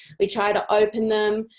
we try to open them,